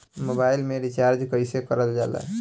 Mobile में recharge कइसे करल जाला?